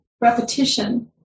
repetition